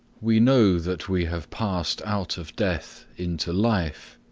we know that we have passed out of death into life,